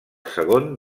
segon